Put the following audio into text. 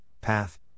path